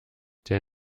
der